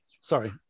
Sorry